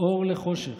אור לחושך.